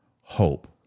hope